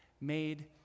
made